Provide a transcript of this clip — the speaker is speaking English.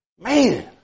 Man